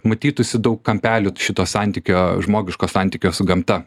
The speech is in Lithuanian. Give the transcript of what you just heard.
matytųsi daug kampelių šito santykio žmogiško santykio su gamta